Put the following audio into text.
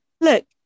look